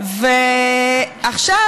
ועכשיו